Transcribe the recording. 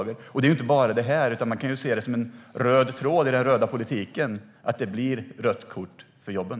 Det gäller ju inte bara detta förslag - man kan i den röda politiken se en röd tråd: Det blir rött kort för jobben.